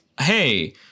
Hey